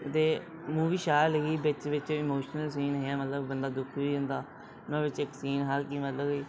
ते मूवी शैल ही बिच बिच इमोशनल सीन हे मतलब बंदा दुखी होई जंदा में ओह्दे च इक सीन हा मतलब कि